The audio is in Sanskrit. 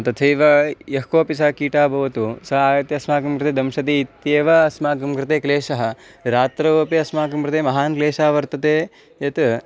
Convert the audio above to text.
तथैव यः कोऽपि सः कीटः भवतु सा आगत्य अस्माकं कृते दंशति इत्येव अस्माकं कृते क्लेशः रात्रौ अपि अस्माकं कृते महान् क्लेशः वर्तते यत्